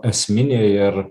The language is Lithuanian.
esminė ir